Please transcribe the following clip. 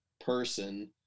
person